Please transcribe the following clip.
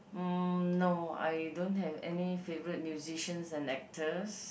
mm no I don't have any favourite musicians and actors